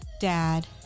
dad